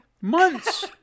months